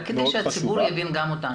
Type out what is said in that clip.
רק כדי שהציבור יבין אותנו,